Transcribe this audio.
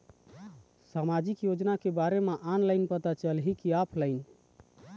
सामाजिक योजना के बारे मा ऑनलाइन पता चलही की ऑफलाइन?